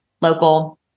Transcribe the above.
local